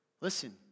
Listen